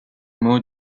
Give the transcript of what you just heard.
mots